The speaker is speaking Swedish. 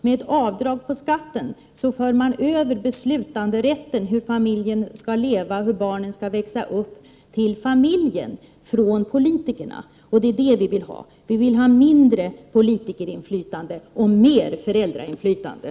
Med avdrag på skatten för man över beslutanderätten om hur familjen skall leva, hur barnen skall växa upp till familjen från politikerna. Det är det vi vill. Vi vill ha mindre politikerinflytande och mer föräldrainflytande.